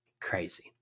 crazy